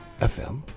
FM